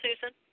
Susan